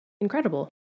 incredible